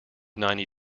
ninety